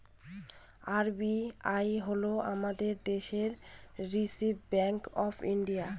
RBI হল আমাদের দেশের রিসার্ভ ব্যাঙ্ক অফ ইন্ডিয়া